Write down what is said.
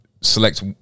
select